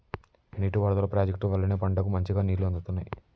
నీటి పారుదల ప్రాజెక్టుల వల్లనే పంటలకు మంచిగా నీళ్లు అందుతున్నాయి